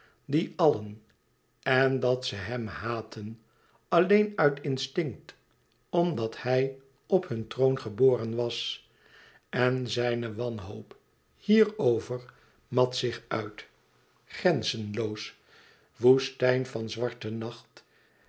die allen en dat ze hem haatten alleen uit instinct omdat hij op hun troon geboren was en zijne wanhoop hierover mat zich uit grenzenloos woestijn van zwarte nacht